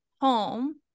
home